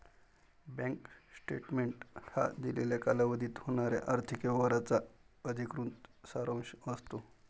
bank statement हा दिलेल्या कालावधीत होणाऱ्या आर्थिक व्यवहारांचा अधिकृत सारांश असतो